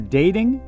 dating